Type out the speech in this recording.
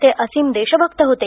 ते असीम देशभक्त होते